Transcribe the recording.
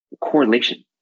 correlation